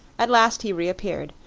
at last he reappeared,